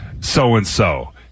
so-and-so